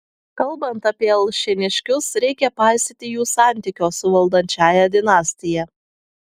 kalbant apie alšėniškius reikia paisyti jų santykio su valdančiąja dinastija